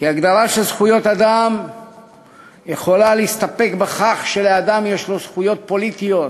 כי הגדרה של זכויות אדם יכולה להסתפק בכך שלאדם יש זכויות פוליטיות,